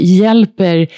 hjälper